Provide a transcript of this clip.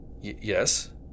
Yes